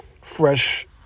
fresh